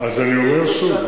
אז אני אומר שוב,